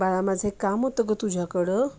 बाळा माझं एक काम होतं ग तुझ्याकडं